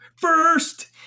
first